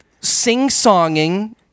sing-songing